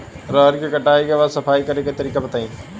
रहर के कटाई के बाद सफाई करेके तरीका बताइ?